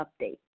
Update